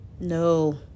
No